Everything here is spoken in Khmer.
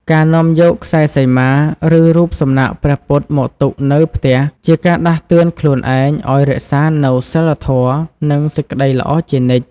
ការនាំយកខ្សែសីមា ឬរូបសំណាកព្រះពុទ្ធមកទុកនៅផ្ទះ ជាការដាស់តឿនខ្លួនឯងឱ្យរក្សានូវសីលធម៌ និងសេចក្តីល្អជានិច្ច